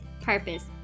purpose